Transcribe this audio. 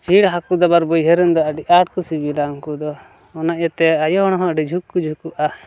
ᱪᱷᱤᱲ ᱦᱟᱹᱠᱩ ᱫᱚ ᱟᱵᱟᱨ ᱵᱟᱹᱭᱦᱟᱹᱲ ᱨᱮᱱ ᱫᱚ ᱟᱹᱰᱤ ᱟᱸᱴ ᱠᱚ ᱥᱤᱵᱤᱞᱟ ᱩᱱᱠᱩ ᱫᱚ ᱚᱱᱟ ᱤᱭᱟᱹᱛᱮ ᱟᱭᱳ ᱦᱚᱲ ᱦᱚᱸ ᱟᱹᱰᱤ ᱡᱷᱩᱠ ᱠᱚ ᱡᱷᱩᱠᱩᱜᱼᱟ